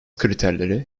kriterleri